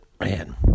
Man